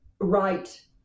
right